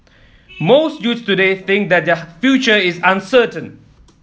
most youths today think that their future is uncertain